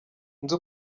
nzi